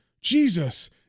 Jesus